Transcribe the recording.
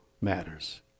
matters